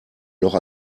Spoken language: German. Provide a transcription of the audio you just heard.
noch